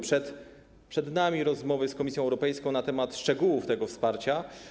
Przed nami rozmowy z Komisją Europejską na temat szczegółów tego wsparcia.